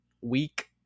week